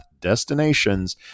destinations